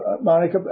Monica